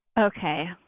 Okay